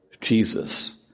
Jesus